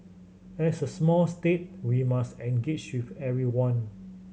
as a small state we must engage with everyone